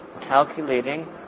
calculating